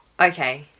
Okay